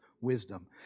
wisdom